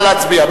נא להצביע.